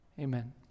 Amen